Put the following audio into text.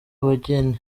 abageni